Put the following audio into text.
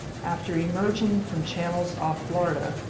after emerging from channels off florida,